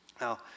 Now